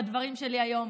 בדברים שלי היום,